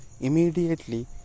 immediately